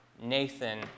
Nathan